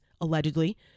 allegedly